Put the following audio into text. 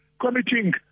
committing